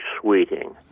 Sweeting